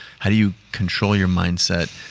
how do you control your mindset,